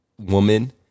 woman